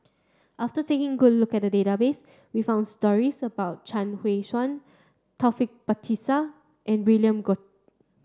after taking good look at the database we found stories about Chuang Hui Tsuan Taufik Batisah and William Goode